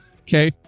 Okay